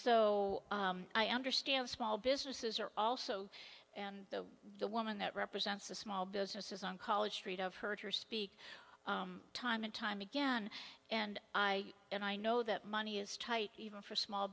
so i understand small businesses are also and the the woman that represents the small businesses college street of heard her speak time and time again and i and i know that money is tight even for small